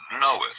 knoweth